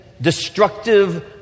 destructive